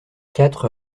quatre